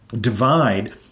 divide